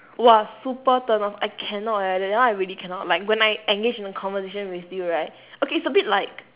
!wah! super turn off I cannot leh that that one I really cannot like when I engage in a conversation with you right okay it's a bit like